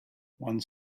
one